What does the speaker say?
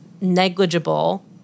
negligible